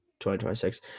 2026